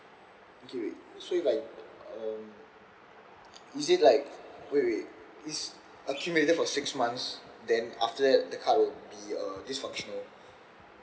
okay wait so if like uh is it like wait wait is accumulated for six months then after that the card will be uh dysfunctional